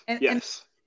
Yes